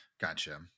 Gotcha